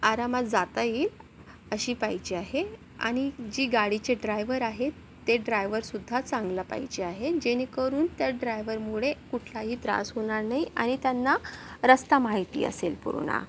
आरामात जाता येईल अशी पाहिजे आहे आणि जी गाडीचे ड्रायवर आहे ते ड्रायवरसुद्धा चांगला पाहिजे आहे जेणेकरून त्या ड्रायव्हरमुळे कुठलाही त्रास होणार नाही आणि त्यांना रस्ता माहिती असेल पूर्ण